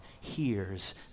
hears